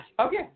Okay